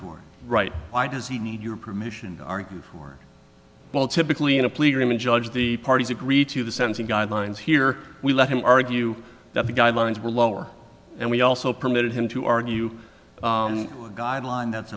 for right why does he need your permission argue for both typically in a plea agreement judge the parties agree to the sense of guidelines here we let him argue that the guidelines were lower and we also permitted him to argue guideline that